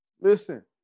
Listen